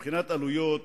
מבחינת עלויות,